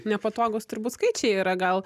nepatogūs turbūt skaičiai yra gal